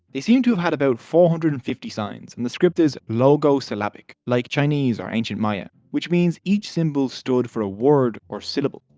they seem to have had about four hundred and fifty signs and the script is logo-syllabic, like chinese or ancient maya, which means each symbol stood for a word or syllable.